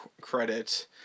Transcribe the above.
credit